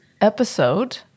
episode